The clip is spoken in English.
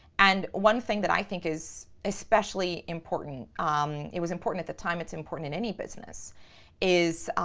and one thing that i think is especially important um it was important at the time, it's important in any business is